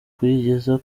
kuyigeza